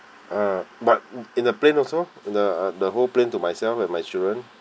uh but in a plane also the the whole plane to myself and my children